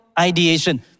ideation